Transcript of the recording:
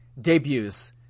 debuts